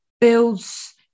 builds